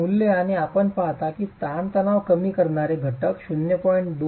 येथे मूल्य आणि आपण पाहता की ताणतणाव कमी करणारे घटक 0